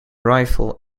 rifle